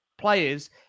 players